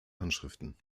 handschriften